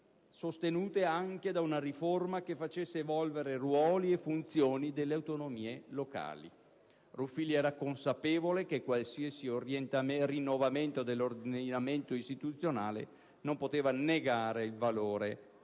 sostenute anche da una riforma che facesse evolvere ruoli e funzioni delle autonomie locali. Ruffilli era consapevole che qualsiasi rinnovamento dell'ordinamento istituzionale non poteva negare il valore alle